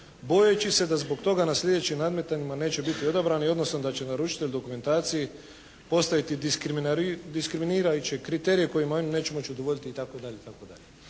bojeći se da zbog toga na sljedećim nadmetanjima neće biti odabrani odnosno da će naručitelj dokumentaciji postaviti diskriminirajuće kriterije kojima oni neće moći udovoljiti».